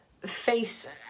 face